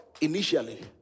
initially